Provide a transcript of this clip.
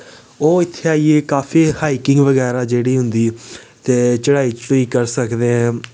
ओह् इत्थै आइयै काफी हाईकिंग बगैरा जेह्ड़ी होंदी ते चढ़ाई चढुई करी सकदे ऐ